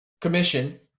commission